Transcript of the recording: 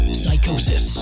psychosis